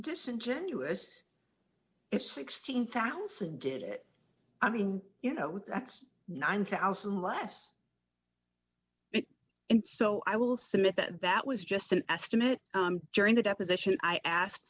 disingenuous if sixteen thousand did it i mean you know that's nine thousand less and so i will submit that bat was just an estimate joining the deposition i asked